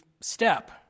step